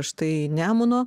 štai nemuno